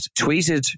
tweeted